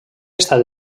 estat